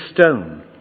stone